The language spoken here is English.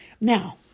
Now